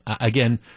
again